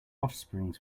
offspring